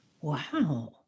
Wow